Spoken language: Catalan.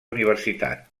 universitat